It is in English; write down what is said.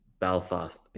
Belfast